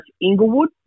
Inglewood